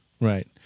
Right